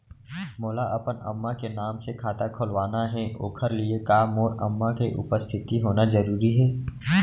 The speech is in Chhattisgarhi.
मोला अपन अम्मा के नाम से खाता खोलवाना हे ओखर लिए का मोर अम्मा के उपस्थित होना जरूरी हे?